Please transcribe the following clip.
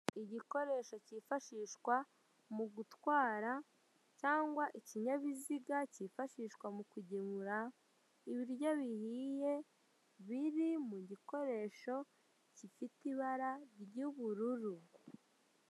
Igikoresho kifashishwa mu gutwara cyangwa ikinyabiziga kifashishwa mu kugemura ibiryo bihiye biri mu gikoresho gifite ibara ry'ubururu.